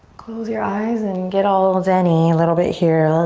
close your eyes and get all zeny a little bit here.